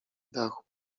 dachu